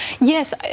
Yes